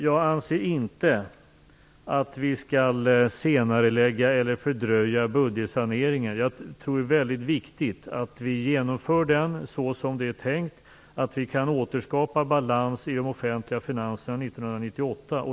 Jag anser inte att vi skall senarelägga eller fördröja budgetsaneringen. Jag tror att det är väldigt viktigt att vi genomför den såsom det är tänkt, så att vi kan återskapa en balans i de offentliga finanserna 1998.